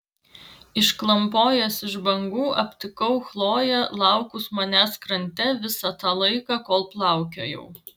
išklampojęs iš bangų aptikau chloję laukus manęs krante visą tą laiką kol plaukiojau